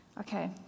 Okay